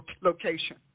location